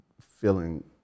feeling